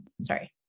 Sorry